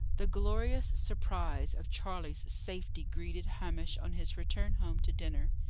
the glorious surprise of charley's safety greeted hamish on his return home to dinner.